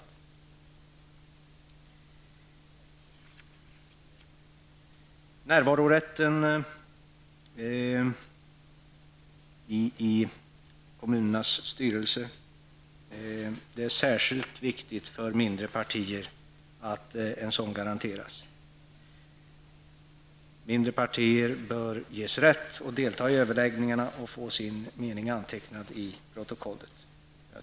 För mindre partier är det särskilt viktigt att närvarorätten i kommunernas styrelser garanteras. Mindre partier, som inte är företrädda i resp. styrelse, bör ges rätt att delta i överläggningarna och få sin mening antecknad i protokollet.